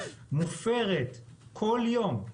מופרת בכל יום,